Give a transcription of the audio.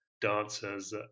dancers